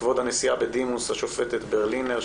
כבוד הנשיאה בדימוס השופטת ברלינר,